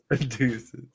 Deuces